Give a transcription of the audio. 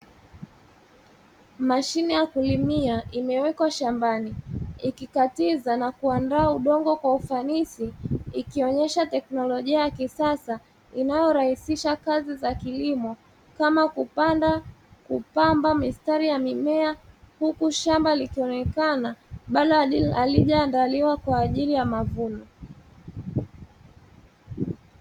Mashine ya kulimia imewekwa shambani ikikatiza na kuandaa udongo kwa ufanisi, ikionyesha teknolojia ya kisasa inayorahisisha kazi za kilimo kama kupanda, kupamba mistari ya mimea; huku shamba likionekana bado halijaandaliwa kwa ajili ya mavuno.